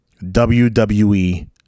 WWE